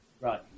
Right